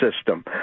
system